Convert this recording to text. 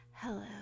hello